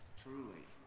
truly.